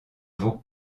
vaud